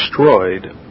destroyed